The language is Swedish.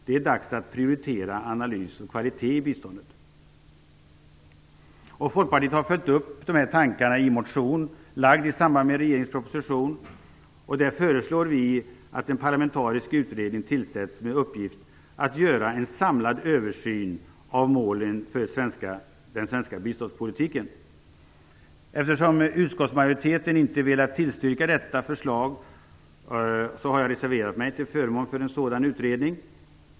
Det är dags att prioritera analys och kvalitet i biståndet. Folkpartiet har följt upp dessa tankar i en motion, framlagd i samband med regeringens proposition. Där föreslår vi att en parlamentarisk utredning tillsätts med uppgift att göra en samlad översyn av målen för den svenska biståndspolitiken. Eftersom utskottsmajoriteten inte har velat tillstyrka detta förslag har jag reserverat mig till förmån för en sådan utredning.